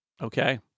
Okay